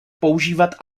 používat